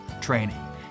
training